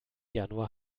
januar